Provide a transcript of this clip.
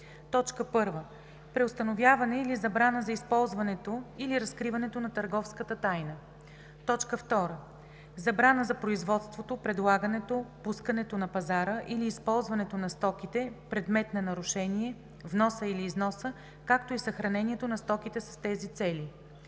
1. преустановяване или забрана за използването или разкриването на търговската тайна; 2. забрана за производството, предлагането, пускането на пазара или използването на стоките – предмет на нарушение, вноса или износа, както и съхранението на стоките с тези цели;